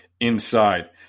inside